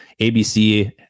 abc